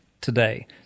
today